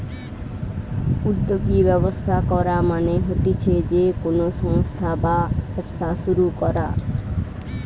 উদ্যোগী ব্যবস্থা করা মানে হতিছে যে কোনো সংস্থা বা ব্যবসা শুরু করা